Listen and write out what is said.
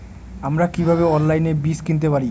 আমরা কীভাবে অনলাইনে বীজ কিনতে পারি?